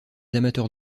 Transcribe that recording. amateurs